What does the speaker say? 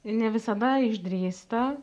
ne visada išdrįsta